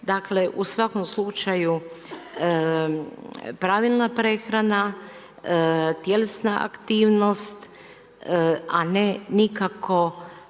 Dakle u svakom slučaju pravilna prehrana, tjelesna aktivnost a ne nikako